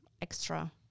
extra